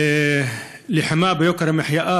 הלחימה ביוקר המחיה,